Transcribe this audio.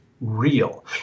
real